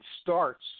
starts